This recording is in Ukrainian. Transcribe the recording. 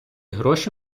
гроші